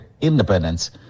independence